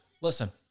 Listen